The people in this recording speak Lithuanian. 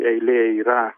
eilė yra